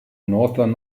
northern